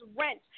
rent